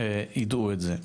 ידעו את זה.